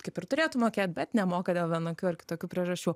kaip ir turėtų mokėt bet nemoka dėl vienokių ar kitokių priežasčių